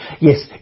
Yes